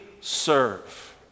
serve